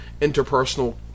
interpersonal